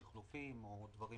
שחלופים או דברים